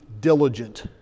diligent